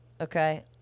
okay